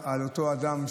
שבעה על אותו אדם,